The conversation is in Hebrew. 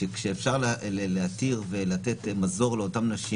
כשאפשר להתיר ולתת מזור לאותן נשים